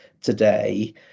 today